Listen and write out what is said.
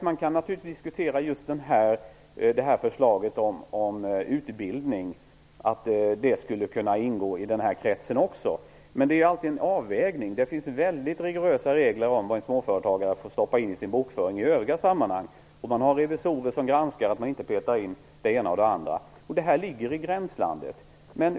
Man kan naturligtvis diskutera om förslaget om utbildning också skulle gälla den här kretsen, men det är alltid en avvägning. Det finns väldigt rigorösa regler om vad småföretagarna får ha i bokföringen i övriga sammanhang. Det finns revisorer som granskar och ser till att man inte petar in det ena och det andra. Det här ligger i gränslandet.